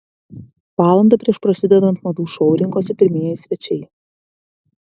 valandą prieš prasidedant madų šou rinkosi pirmieji svečiai